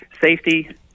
safety